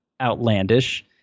outlandish